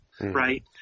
Right